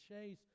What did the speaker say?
chase